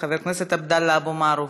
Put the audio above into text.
חבר הכנסת עבדאללה אבו מערוף,